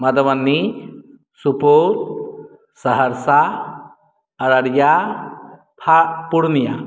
मधुबनी सुपौल सहरसा अररिया आ पूर्णियाँ